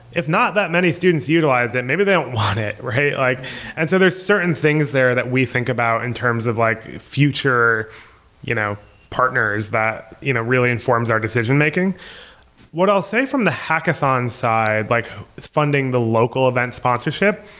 if not that many students utilized it, maybe they don't want it, right? like and so there's certain things there that we think about in terms of like future you know partners that you know really informs our decision-making what i'll say from the hackathon side, like funding the local event sponsorship,